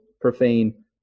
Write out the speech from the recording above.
profane